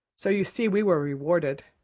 so you see we were rewarded.